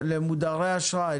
למודרי אשראי,